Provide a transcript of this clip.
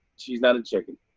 she's not a chicken.